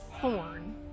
Thorn